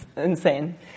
insane